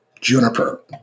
Juniper